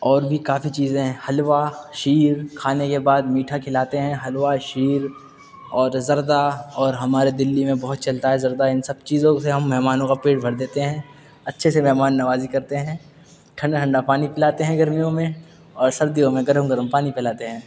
اور بھی کافی چیزیں ہیں حلوا شیر کھانے کے بعد میٹھا کھلاتے ہیں حلوا شیر اور زردہ اور ہمارے دلّی میں بہت چلتا ہے زردہ ان سب چیزوں سے ہم مہمانوں کا پیٹ بھر دیتے ہیں اچھے سے مہمان نوازی کرتے ہیں ٹھنڈا ٹھنڈا پانی پلاتے ہیں گرمیوں میں اور سردیوں میں گرم گرم پانی پلاتے ہیں